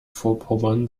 vorpommern